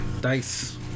dice